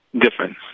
difference